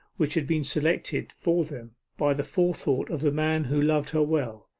which had been selected for them by the forethought of the man who loved her well.